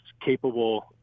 capable